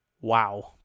Wow